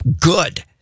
good